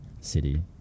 city